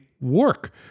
work